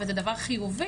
וזה דבר חיובי,